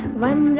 when